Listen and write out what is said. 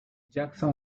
jackson